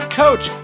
coach